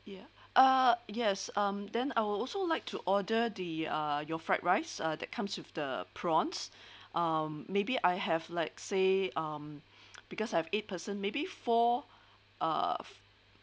ya uh yes um then I will also like to order the uh your fried rice uh that comes with the prawns um maybe I'll have like say um because I have eight person maybe four uh